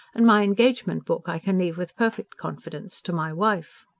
and my engagement-book i can leave with perfect confidence to my wife.